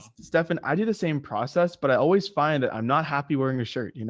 stefan, i do the same process, but i always find that i'm not happy wearing a shirt you know